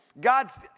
God's